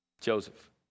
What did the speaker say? Joseph